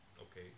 okay